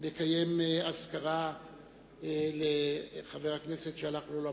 נקיים אזכרה לחבר הכנסת שהלך לעולמו,